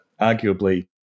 arguably